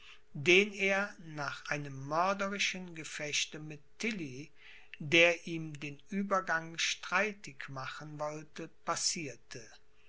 den er nach einem mörderischen gefechte mit tilly der ihm den uebergang streitig machen wollte passierte